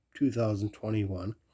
2021